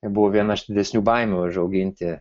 buvo viena iš didesnių baimių užauginti